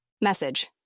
Message